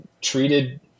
treated